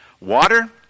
Water